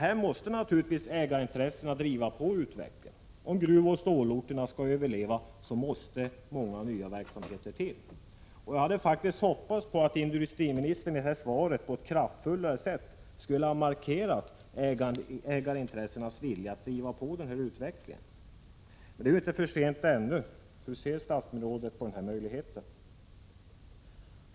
Här måste naturligtvis ägarintressena driva på utvecklingen. Om gruvoch stålorterna skall överleva måste många nya verksamheter till. Jag hade faktiskt hoppats att industriministern i svaret på ett kraftfullare sätt skulle ha markerat ägarintressenas vilja att driva på utvecklingen. Men det är inte för sent. Hur ser statsrådet på denna möjlighet?